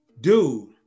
dude